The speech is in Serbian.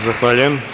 Zahvaljujem.